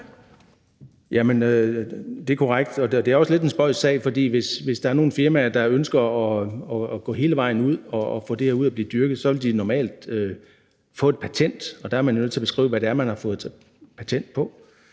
(EL): Det er korrekt. Det er også lidt en spøjs sag, for hvis der er nogle firmaer, der ønsker at gå hele vejen ud og få det dyrket, så vil de normalt få et patent, og der er man nødt til at beskrive, hvad det er, man har fået patent på.